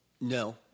No